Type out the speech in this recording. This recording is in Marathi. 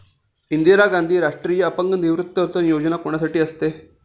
इंदिरा गांधी राष्ट्रीय अपंग निवृत्तीवेतन योजना कोणासाठी असते?